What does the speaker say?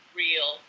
real